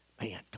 Man